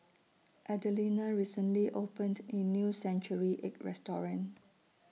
Adelina recently opened A New Century Egg Restaurant